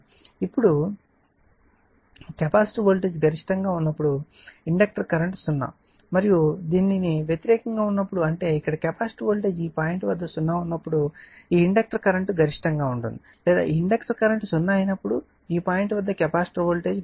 ఇప్పుడు capacitor voltage గరిష్టంగా ఉన్నప్పుడు ఇండక్టర్ కరెంట్ 0 మరియు దీనికి వ్యతిరేకంగా ఉన్నప్పుడు అంటే ఇక్కడ కెపాసిటర్ వోల్టేజ్ ఈ పాయింట్ వద్ద 0 ఉన్నప్పుడు ఈ ఇండక్టర్ కరెంట్ గరిష్టంగా ఉంటుంది లేదా ఇండక్టర్ కరెంట్ 0 అయినప్పుడు ఈ పాయింట్ వద్ద కెపాసిటర్ వోల్టేజ్ గరిష్టంగా ఉంటుంది